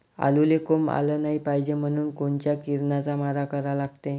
आलूले कोंब आलं नाई पायजे म्हनून कोनच्या किरनाचा मारा करा लागते?